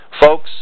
Folks